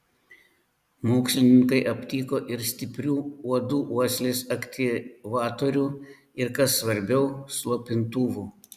mokslininkai aptiko ir stiprių uodų uoslės aktyvatorių ir kas svarbiau slopintuvų